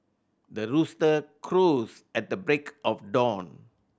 the rooster crows at the break of dawn